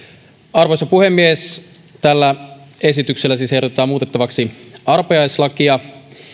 arvoisa puhemies tällä esityksellä siis ehdotetaan muutettavaksi arpajaislakia